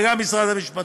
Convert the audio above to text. וגם משרד המשפטים.